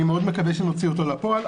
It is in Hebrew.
אני מאוד מקווה שנוציא אותו לפועל,